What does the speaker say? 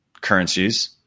currencies